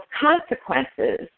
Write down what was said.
consequences